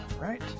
right